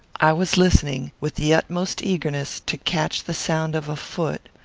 i was listening with the utmost eagerness to catch the sound of a foot,